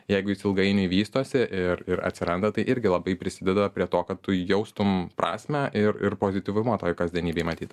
jeigu jis ilgainiui vystosi ir ir atsiranda tai irgi labai prisideda prie to kad tu jaustumei prasmę ir ir pozityvumo toje kasdienybėje matyt